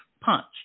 punch